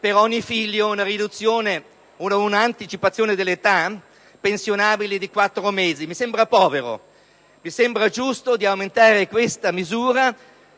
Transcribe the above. per ogni figlio un'anticipazione dell'età pensionabile di quattro mesi. Mi sembra poco; mi sembra giusto aumentare questa misura,